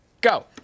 go